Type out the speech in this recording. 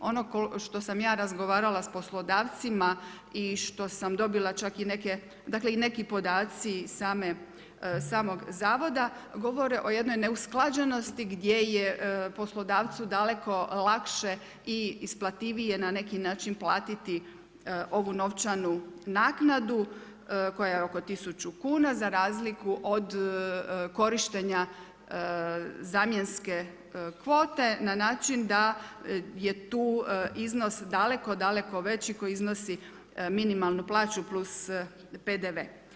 Ono što sam ja razgovarala s poslodavcima i što sam dobila čak i neke, dakle i neki podaci samog zavoda govore o jednoj neusklađenosti gdje je poslodavcu daleko lakše i isplativije na neki način platiti ovu novčanu naknadu koja je oko 1000 kuna, za razliku od korištenja zamjenske kvote na način da je tu iznos daleko, daleko veći, koji iznosi minimalnu plaću plus PDV.